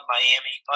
Miami